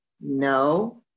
no